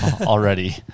already